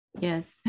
Yes